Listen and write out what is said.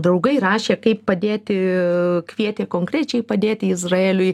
draugai rašė kaip padėti kvietė konkrečiai padėti izraeliui